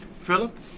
Philip